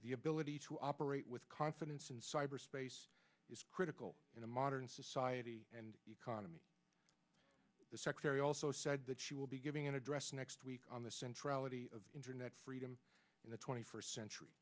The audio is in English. the ability to operate with confidence in cyberspace is critical in a modern society and economy the secretary also said that she will be giving an address next week on the central internet freedom in the twenty first century